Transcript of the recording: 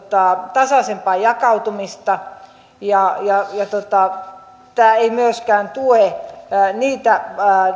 tasaisempaa jakautumista ja tämä ei myöskään tue niitä